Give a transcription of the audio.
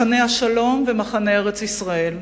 מחנה השלום ומחנה ארץ-ישראל.